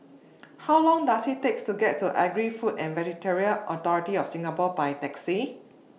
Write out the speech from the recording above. How Long Does IT Take to get to Agri Food and Veterinary Authority of Singapore By Taxi